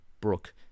Brooke